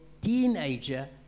teenager